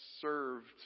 served